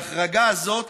ההחרגה הזאת